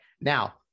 Now